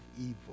evil